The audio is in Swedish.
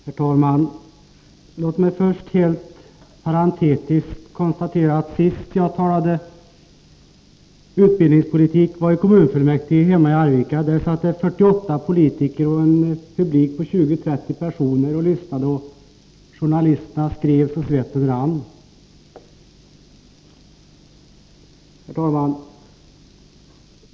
Herr talman! Låt mig först helt parentetiskt konstatera att senast jag talade utbildningspolitik var i kommunfullmäktige hemma i Arvika, där det satt 48 politiker och en publik på 20-30 personer och lyssnade, och journalisterna skrev så svetten rann. Herr talman!